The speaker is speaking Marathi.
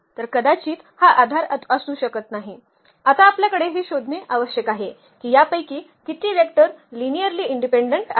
तर कदाचित हा आधार असू शकत नाही आता आपल्याला हे शोधणे आवश्यक आहे की यापैकी किती वेक्टर लिनियर्ली इनडिपेंडंट आहेत